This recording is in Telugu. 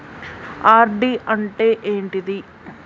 ఆర్.డి అంటే ఏంటిది?